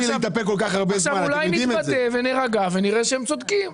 עכשיו אולי נתבדה ונירגע ונראה שהם צודקים.